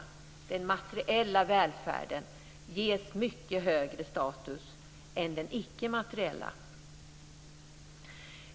Den materiella välfärden ges mycket högre status än den icke-materiella.